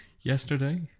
Yesterday